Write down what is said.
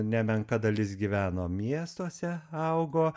nemenka dalis gyveno miestuose augo